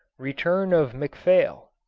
return of mcphail